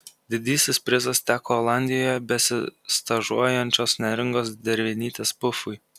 didysis prizas teko olandijoje besistažuojančios neringos dervinytės pufui